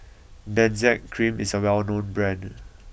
Benzac Cream is a well known brand